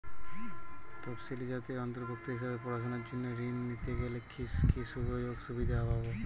তফসিলি জাতির অন্তর্ভুক্ত হিসাবে পড়াশুনার জন্য ঋণ নিতে গেলে কী কী সুযোগ সুবিধে পাব?